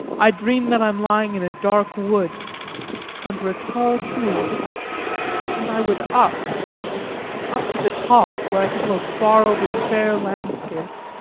i dream that i'm lying in a dark wood under a tall tree and i would up up to the top, where i can look far over the fair landscape,